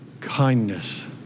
kindness